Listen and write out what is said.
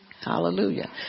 Hallelujah